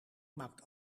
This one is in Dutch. maakt